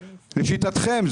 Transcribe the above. לשיטתכם,